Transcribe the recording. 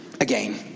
Again